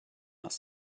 aus